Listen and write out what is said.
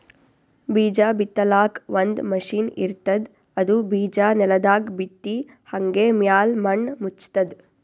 ಬೀಜಾ ಬಿತ್ತಲಾಕ್ ಒಂದ್ ಮಷಿನ್ ಇರ್ತದ್ ಅದು ಬಿಜಾ ನೆಲದಾಗ್ ಬಿತ್ತಿ ಹಂಗೆ ಮ್ಯಾಲ್ ಮಣ್ಣ್ ಮುಚ್ತದ್